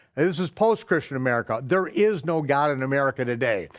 is is post-christian america, there is no god in america today.